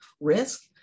risk